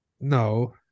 No